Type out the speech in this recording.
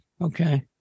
Okay